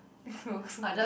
cool cool